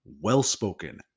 well-spoken